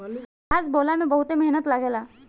पियाज बोअला में बहुते मेहनत लागेला